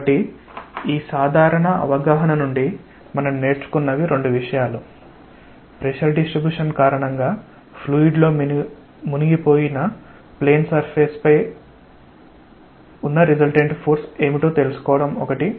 కాబట్టి ఈ సాధారణ అవగాహన నుండి మనం నేర్చుకున్నవి రెండు విషయాలు ప్రెషర్ డిస్ట్రిబ్యూషన్ కారణంగా ఫ్లూయిడ్ లో మునిగిపోయిన ప్లేన్ సర్ఫేస్ పై ఉన్న రిసల్టెంట్ ఫోర్స్ ఏమిటో తెలుసుకోవడం ఒకటి